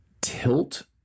tilt